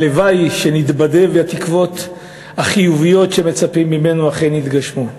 הלוואי שנתבדה והתקוות החיוביות שמצפים ממנו אכן יתגשמו.